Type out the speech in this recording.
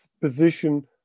position